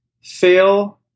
fail